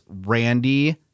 Randy